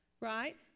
Right